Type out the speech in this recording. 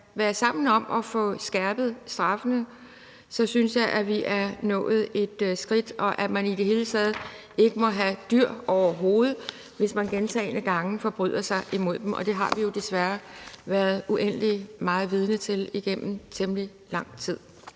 være sammen om at få skærpet straffene, synes jeg, vi er nået et skridt, også i forhold til det med, at man i det hele taget ikke må have dyr overhovedet, hvis man gentagne gange forbryder sig imod dem. Det har vi jo desværre været uendelig meget vidne til igennem temmelig lang tid.